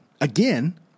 again